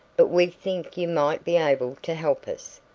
but we think you might be able to help us.